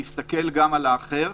להסתכל גם על האחר.